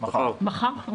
מחר.